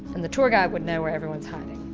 and the tour guide would know where everyone's hiding.